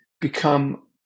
become